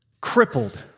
crippled